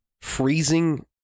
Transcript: freezing